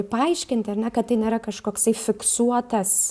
paaiškinti ar ne kad tai nėra kažkoksai fiksuotas